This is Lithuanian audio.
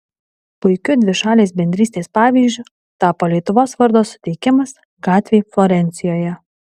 puikiu dvišalės bendrystės pavyzdžiu tapo lietuvos vardo suteikimas gatvei florencijoje